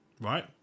right